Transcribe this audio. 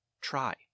try